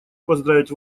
поздравить